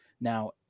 Now